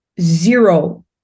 zero